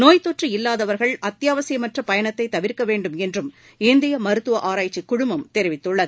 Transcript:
நோய் தொற்று இல்லாதவர்கள் அத்யாவசியமற்ற பயனத்தை தவிர்க்க வேண்டும் என்றும் இந்திய மருத்துவ ஆராய்ச்சி குழுமம் தெரிவித்துள்ளது